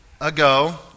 ago